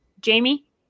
Jamie